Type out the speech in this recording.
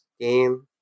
game